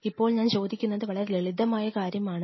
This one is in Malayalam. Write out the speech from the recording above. ഇപ്പോൾ ഞാൻ ചോദിക്കുന്നത് വളരെ ലളിതമായ കാര്യമാണ്